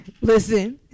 Listen